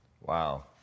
Wow